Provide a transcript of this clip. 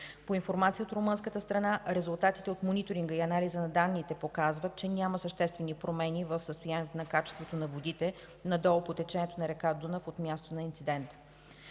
По информация от румънската страна резултатите от мониторинга и анализите на данните показват, че няма съществени промени в състоянието на качеството на водите надолу по течението на река Дунав от мястото на инцидента.